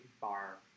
bar